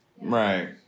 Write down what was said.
Right